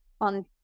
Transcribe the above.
on